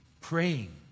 praying